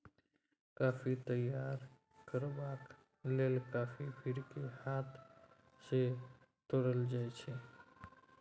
coffee तैयार करबाक लेल कॉफी फर केँ हाथ सँ तोरल जाइ छै